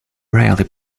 rarely